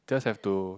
just have to